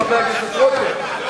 חבר הכנסת רותם.